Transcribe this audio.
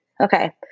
Okay